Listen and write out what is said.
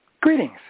Greetings